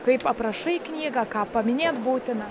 kaip aprašai knygą ką paminėt būtina